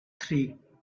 three